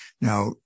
now